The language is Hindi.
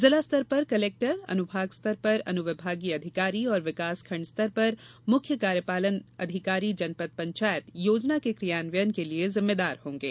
जिला स्तर पर कलेक्टर अनुभाग स्तर पर अनुविभागीय अधिकारी और विकास खण्ड स्तर पर मुख्य कार्यपालन अधिकारी जनपद पंचायत योजना के क्रियान्वयन के लिए जिम्मेदार होगें